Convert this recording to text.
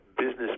business